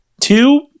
two